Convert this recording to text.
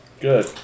Good